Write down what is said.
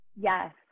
yes